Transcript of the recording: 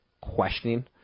questioning